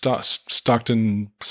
Stockton